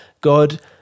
God